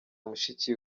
mushiki